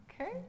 Okay